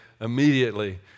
immediately